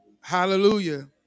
Hallelujah